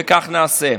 וכך נעשה.